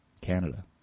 Canada